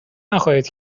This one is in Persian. نخواهید